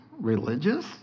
religious